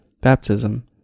baptism